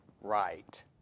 right